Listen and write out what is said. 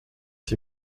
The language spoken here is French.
six